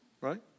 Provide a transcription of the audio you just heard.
right